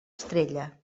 estrella